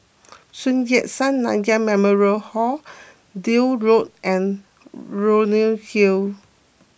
Sun Yat Sen Nanyang Memorial Hall Deal Road and Leonie Hill